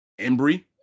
Embry